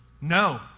No